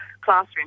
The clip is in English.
classroom